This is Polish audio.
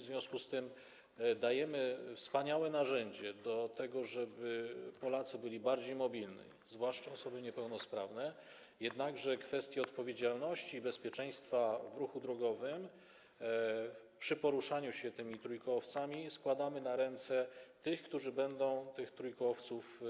W związku z tym dajemy wspaniałe narzędzie do tego, żeby Polacy byli bardziej mobilni, zwłaszcza osoby niepełnosprawne, jednakże kwestie odpowiedzialności i bezpieczeństwa w ruchu drogowym przy poruszaniu się trójkołowcami oddajemy w ręce tych, którzy będą tych trójkołowców